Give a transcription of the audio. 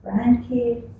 grandkids